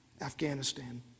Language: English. Afghanistan